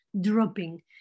dropping